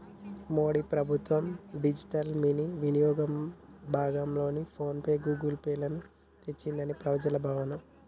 మోడీ ప్రభుత్వం digital money వినియోగంలో భాగంగా ఫోన్ పే, గూగుల్ పే లను తెచ్చిందని ప్రజల భావన